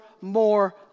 more